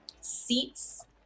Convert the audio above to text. seats